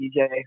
DJ